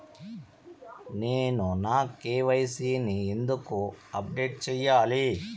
నేను నా కె.వై.సి ని ఎందుకు అప్డేట్ చెయ్యాలి?